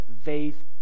faith